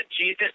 Jesus